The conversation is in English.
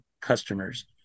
customers